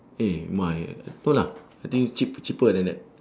eh my no lah I think is cheap cheaper than that